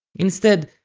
instead,